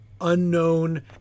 unknown